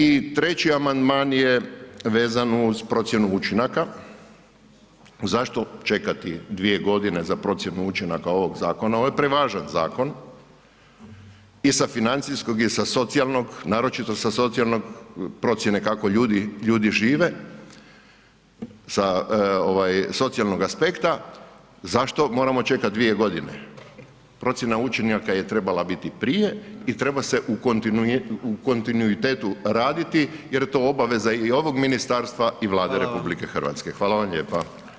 I treći amandman je vezan uz procjenu učinaka, zašto čekati 2.g. za procjenu učinaka ovog zakona, ovo je prevažan zakon i sa financijskog i sa socijalnog, naročito sa socijalnog procijene kako ljudi, ljudi žive, sa ovaj socijalnog aspekta, zašto moramo čekat 2.g., procjena učinaka je trebala biti prije i treba se u kontinuitetu raditi jer je to obveza i ovog ministarstva i Vlade RH [[Upadica: Hvala vam]] Hvala vam lijepa.